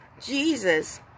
Jesus